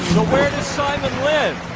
where does simon live